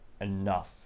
enough